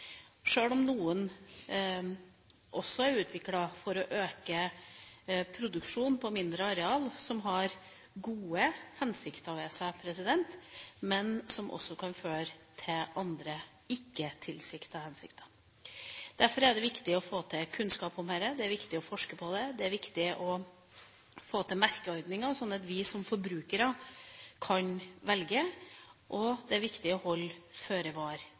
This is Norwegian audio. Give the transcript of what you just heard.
Sjøl om noen også er utviklet for å øke produksjonen på mindre areal – som har gode hensikter ved seg – kan det føre til andre ikke-tilsiktede hensikter. Derfor er det viktig å få kunnskap om dette. Det er viktig å forske på det. Det er viktig å få til merkeordninger, slik at vi som forbrukere kan velge. Det er også viktig å holde